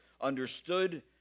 understood